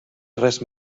res